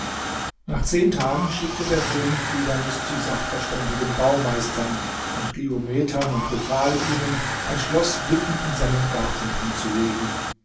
nach zehn tagen schickte der könig tighanus zu sachverständigen baumeistern und geometern und befahl ihnen ein schloß mitten in seinem garten anzulegen